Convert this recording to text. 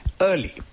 early